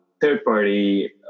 third-party